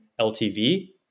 LTV